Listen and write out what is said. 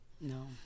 No